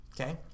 okay